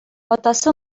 атасы